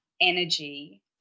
energy